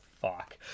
fuck